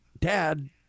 dad